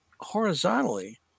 horizontally